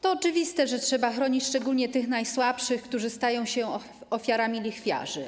To oczywiste, że trzeba chronić szczególnie tych najsłabszych, którzy stają się ofiarami lichwiarzy.